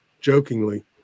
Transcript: jokingly